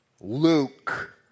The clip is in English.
Luke